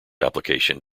application